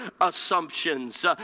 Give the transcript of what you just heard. assumptions